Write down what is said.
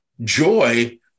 joy